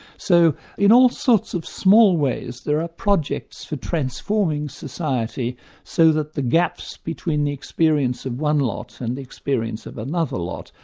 so in all sorts of small ways, there are projects transforming society so that the gaps between the experience of one lot, and the experience of another lot,